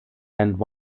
and